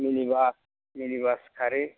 मिनि बास खारो